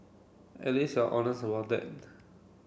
at least you're honest about that